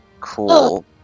Cool